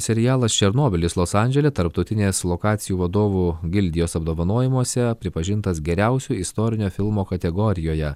serialas černobylis los andžele tarptautinės lokacijų vadovų gildijos apdovanojimuose pripažintas geriausiu istorinio filmo kategorijoje